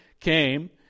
came